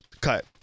cut